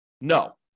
No